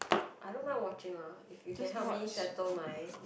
I don't mind watching lah if you can help me settle my